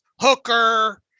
Hooker